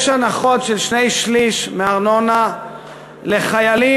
יש הנחות של שני-שלישים בארנונה לחיילים,